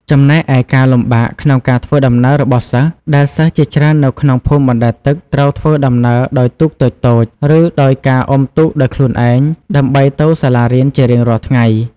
ចំណែកឯការលំបាកក្នុងការធ្វើដំណើររបស់សិស្ស ដែលសិស្សជាច្រើននៅក្នុងភូមិបណ្តែតទឹកត្រូវធ្វើដំណើរដោយទូកតូចៗ ឬដោយការអុំទូកដោយខ្លួនឯងដើម្បីទៅសាលារៀនជារៀងរាល់ថ្ងៃ។